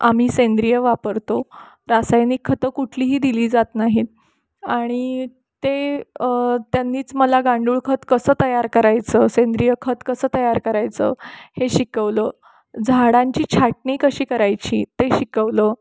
आम्ही सेंद्रिय वापरतो रासायनिक खतं कुठलीही दिली जात नाहीत आणि ते त्यांनीच मला गांडूळखत कसं तयार करायचं सेंद्रिय खत कसं तयार करायचं हे शिकवलं झाडांची छाटणी कशी करायची ते शिकवलं